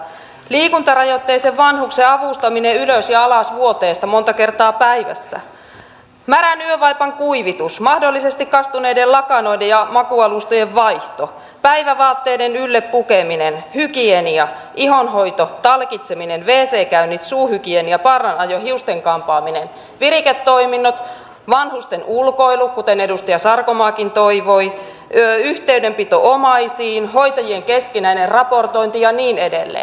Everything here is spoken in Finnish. liikuntarajoitteisen vanhuksen avustaminen ylös ja alas vuoteesta monta kertaa päivässä märän yövaipan kuivitus mahdollisesti kastuneiden lakanoiden ja makuualustojen vaihto päivävaatteiden ylle pukeminen hygienia ihonhoito talkitseminen wc käynnit suuhygienia parranajo hiusten kampaaminen viriketoiminnot vanhusten ulkoilu kuten edustaja sarkomaakin toivoi yhteydenpito omaisiin hoitajien keskinäinen raportointi ja niin edelleen